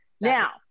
Now